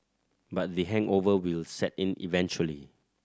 but the hangover will set in eventually